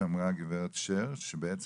גברת שר אמרה,